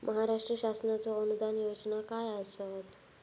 महाराष्ट्र शासनाचो अनुदान योजना काय आसत?